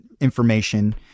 Information